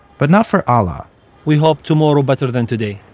but not for alaa we hope tomorrow better than today.